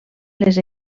les